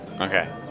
Okay